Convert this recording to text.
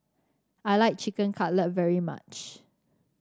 I like Chicken Cutlet very much